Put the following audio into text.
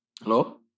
Hello